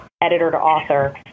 editor-to-author